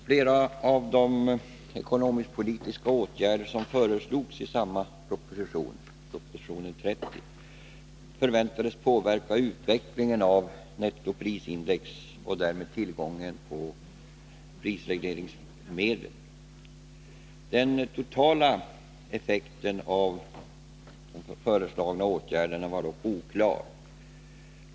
Flera av de ekonomisk-politiska åtgärder som föreslogs i propositionen 30 förväntades påverka utvecklingen av nettoprisindex och därmed tillgången på prisregleringsmedel. Den totala effekten av de föreslagna åtgärderna var dock oklar.